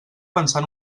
pensar